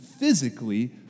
physically